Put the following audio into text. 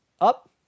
up